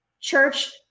church